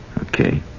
okay